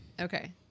okay